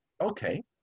okay